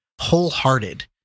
wholehearted